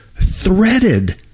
threaded